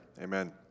Amen